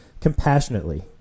compassionately